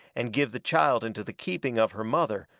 and give the child into the keeping of her mother,